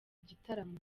gitaramo